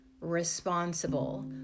responsible